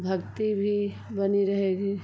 भक्ति भी बनी रहेगी